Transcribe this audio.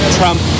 trump